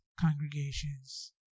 congregations